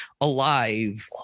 alive